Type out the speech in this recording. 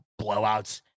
blowouts